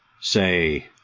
Say